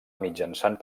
mitjançant